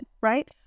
right